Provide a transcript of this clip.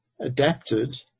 adapted